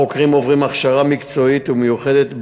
החוקרים עוברים הכשרה מקצועית ומיוחדת,